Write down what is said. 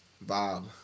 Bob